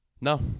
No